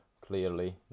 clearly